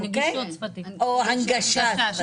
או הנגשה שפתית.